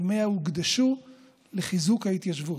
ימיה הוקדשו לחיזוק ההתיישבות.